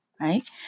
right